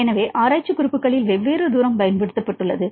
எனவே ஆராய்ச்சி குறிப்புகளில் வெவ்வேறு தூரம் பயன்படுத்தப்பட்டுள்ளது